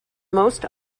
most